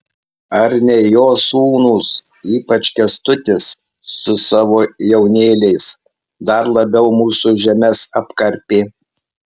ar ne jo sūnūs ypač kęstutis su savo jaunėliais dar labiau mūsų žemes apkarpė